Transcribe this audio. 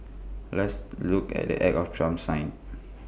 let's look at the act of Trump signed